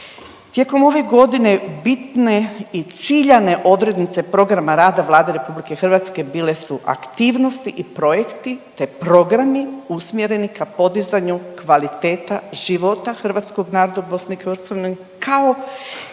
Tijekom ove godine bitne i ciljane odrednice programa rada Vlade RH bile su aktivnosti i projekti te programi usmjereni ka podizanju kvaliteta života hrvatskog naroda u BiH kao